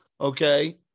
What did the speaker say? Okay